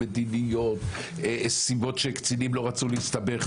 מדיניות או שקצינים לא רצו להסתבך.